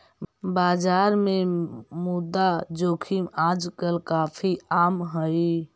बाजार में मुद्रा जोखिम आजकल काफी आम हई